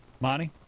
Monty